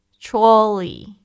trolley